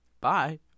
bye